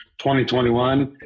2021